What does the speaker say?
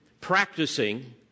practicing